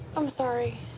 i'm sorry.